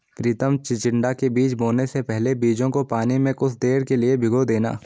प्रितम चिचिण्डा के बीज बोने से पहले बीजों को पानी में कुछ देर के लिए भिगो देना